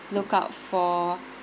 look out for